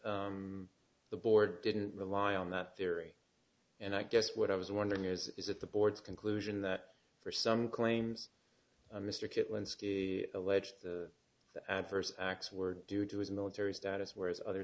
the board didn't rely on that theory and i guess what i was wondering is is it the board's conclusion that for some claims mr kit lens alleged adverse acts were due to his military status whereas other